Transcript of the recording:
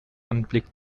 anblick